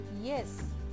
yes